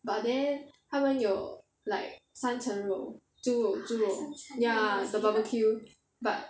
but then 他们有 like 三成肉猪肉猪肉 ya the barbecue but